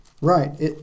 Right